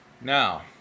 Now